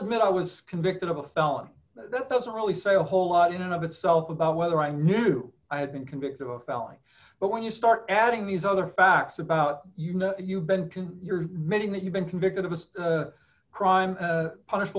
admit i was convicted of a felony that doesn't really say a whole lot in and of itself about whether i knew i had been convicted of a felony but when you start adding these other facts about you know you've been you're missing that you've been convicted of a crime punish